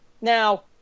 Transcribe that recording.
Now